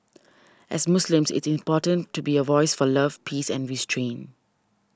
as Muslims it's important to be a voice for love peace and restraint